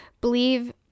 believe